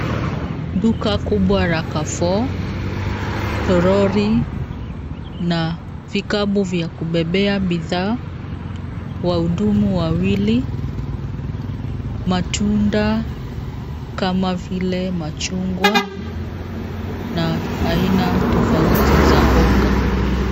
Duka kubwa la carrefour lori na vikapu vya kubebea bidhaa, wahudumu wawili, matunda kama vile machungwa na aina tofauti za mboga.